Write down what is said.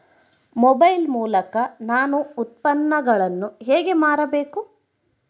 Mobile ಮೂಲಕ ನಾನು ಉತ್ಪನ್ನಗಳನ್ನು ಹೇಗೆ ಮಾರಬೇಕು?